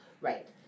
Right